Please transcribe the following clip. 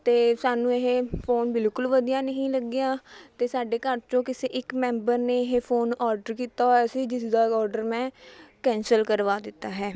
ਅਤੇ ਸਾਨੂੰ ਇਹ ਫ਼ੋਨ ਬਿਲਕੁਲ ਵਧੀਆ ਨਹੀਂ ਲੱਗਿਆ ਅਤੇ ਸਾਡੇ ਘਰ 'ਚੋਂ ਕਿਸੇ ਇੱਕ ਮੈਂਬਰ ਨੇ ਇਹ ਫ਼ੋਨ ਔਡਰ ਕੀਤਾ ਹੋਇਆ ਸੀ ਜਿਸ ਦਾ ਔਡਰ ਮੈਂ ਕੈਂਸਲ ਕਰਵਾ ਦਿੱਤਾ ਹੈ